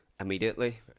immediately